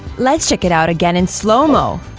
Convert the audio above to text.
let's check it out again in slo-mo.